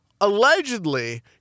allegedly